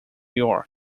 york